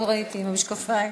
לא ראיתי עם המשקפיים.